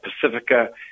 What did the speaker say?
Pacifica